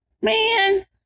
Man